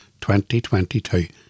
2022